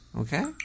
okay